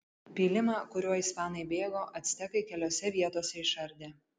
pylimą kuriuo ispanai bėgo actekai keliose vietose išardė